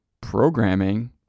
programming